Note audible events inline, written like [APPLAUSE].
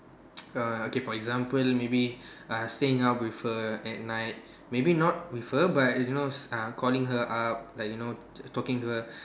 [NOISE] err okay for example maybe uh staying up with her at night maybe not with her but you know calling her up like you know talking to her